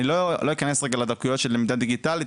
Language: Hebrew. אני לא אכנס רגע לדקויות של למידה דיגיטלית,